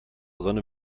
sonne